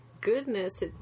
goodness